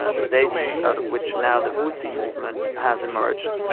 ah the zaidis, out of which now the houthi movement has emerged,